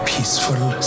...peaceful